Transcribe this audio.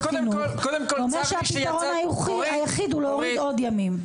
ואומר שהפתרון היחיד הוא להוריד עוד ימים.